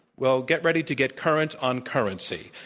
well, get ready to get current on currency.